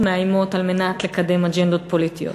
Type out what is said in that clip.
מאיימות על מנת לקדם אג'נדות פוליטיות?